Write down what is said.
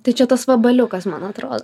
tai čia tas vabaliukas man atrodo